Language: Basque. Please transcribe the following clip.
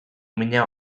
mina